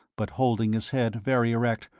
but holding his head very erect,